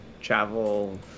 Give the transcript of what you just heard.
travel